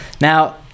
now